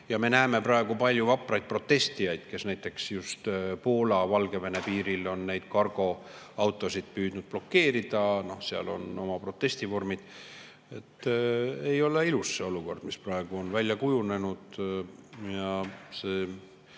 Me näeme praegu palju vapraid protestijaid, kes näiteks Poola-Valgevene piiril on neid kargoautosid püüdnud blokeerida, seal on oma protestivormid. Ei ole ilus see olukord, mis praegu on välja kujunenud, ja lisaks